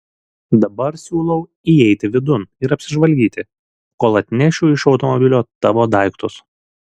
dabar siūlau įeiti vidun ir apsižvalgyti kol atnešiu iš automobilio tavo daiktus